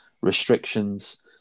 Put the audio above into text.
restrictions